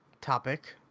topic